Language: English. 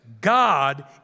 God